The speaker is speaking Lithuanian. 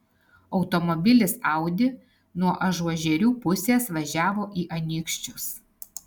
automobilis audi nuo ažuožerių pusės važiavo į anykščius